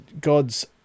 God's